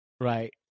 Right